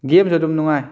ꯒꯦꯝꯁꯨ ꯑꯗꯨꯝ ꯅꯨꯡꯉꯥꯏ